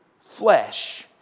flesh